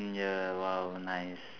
mm ya !wow! nice